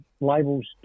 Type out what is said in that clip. labels